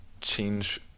change